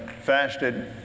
fasted